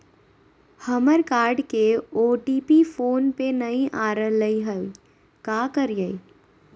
हमर कार्ड के OTP phone पे नई आ रहलई हई, का करयई?